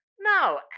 No